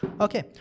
Okay